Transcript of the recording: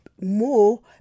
more